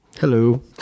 Hello